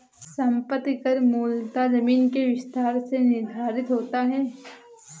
संपत्ति कर मूलतः जमीन के विस्तार से निर्धारित होता है